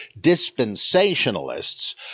dispensationalists